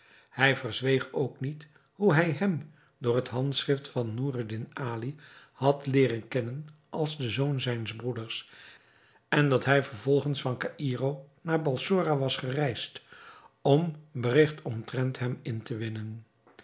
hij verzweeg ook niet hoe hij hem door het handschrift van noureddin ali had leeren kennen als de zoon zijns broeders en dat hij vervolgens van caïro naar balsora was gereisd om berigt omtrent hem in te winnen